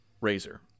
razor